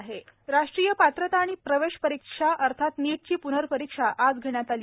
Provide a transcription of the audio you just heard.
नीट पुनर्परीक्षा राष्ट्रीय पात्रता आणि प्रवेश परीक्षा अर्थात नीटची प्नर्परीक्षा आज घेण्यात आली